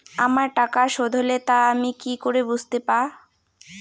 আমার টাকা শোধ হলে তা আমি কি করে বুঝতে পা?